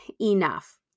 enough